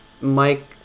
Mike